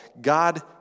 God